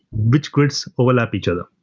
which grids overlap each other?